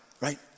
right